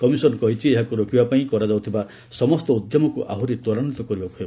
commission କହିଛି ଏହାକୁ ରୋକିବା ପାଇଁ କରାଯାଉଥିବା ସମସ୍ତ ଉଦ୍ୟମକୁ ଆହୁରି ତ୍ୱରାନ୍ୱିତ କରିବାକୁ ହେବ